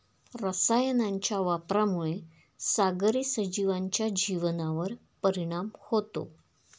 रसायनांच्या वापरामुळे सागरी सजीवांच्या जीवनावर परिणाम होतो